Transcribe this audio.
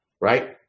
right